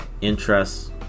interests